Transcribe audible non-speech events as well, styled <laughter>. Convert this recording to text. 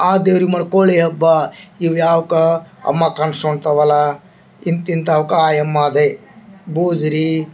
ಆ ದೇವ್ರಿಗೆ ಮಾಡಿ ಕೋಳಿ ಹಬ್ಬ ಇನ್ನ ಯಾವ್ಕಾ <unintelligible> ಅಂಥವಲ್ಲ ಇಂತಿಂಥವ್ಕ ಆಯಮ್ಮದೆ ಬುಜ್ರಿ